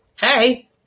Hey